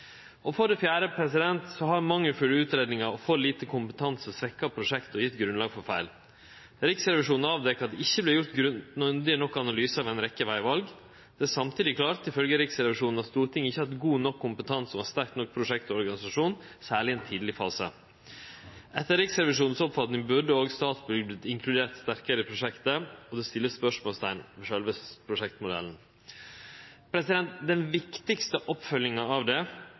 grunnlag. For det fjerde har mangelfull utgreiing og for lite kompetanse svekt prosjektet og gjeve grunnlag for feil. Riksrevisjonen avdekte at det ikkje vart gjort grundige nok analysar ved ei rekkje vegval. Det er samtidig klart, ifølgje Riksrevisjonen, at Stortinget ikkje hadde god nok kompetanse og ein sterk nok prosjektorganisasjon, særleg i den tidlege fasen. Etter Riksrevisjonens oppfatning burde òg Statsbygg ha vorte inkludert sterkare i prosjektet, og det vert stilt spørsmål ved sjølve prosjektmodellen. Den viktigaste oppfølginga av det